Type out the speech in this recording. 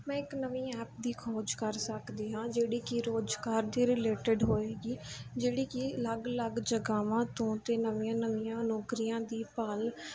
ਮੈਂ ਇੱਕ ਨਵੀਂ ਐਪ ਦੀ ਖੋਜ ਕਰ ਸਕਦੀ ਹਾਂ ਜਿਹੜੀ ਕਿ ਰੋਜ਼ਗਾਰ ਦੇ ਰਿਲੇਟਡ ਹੋਏਗੀ ਜਿਹੜੀ ਕਿ ਅਲੱਗ ਅਲੱਗ ਜਗ੍ਹਾ ਤੋਂ ਅਤੇ ਨਵੀਆਂ ਨਵੀਆਂ ਨੌਕਰੀਆਂ ਦੀ ਭਾਲ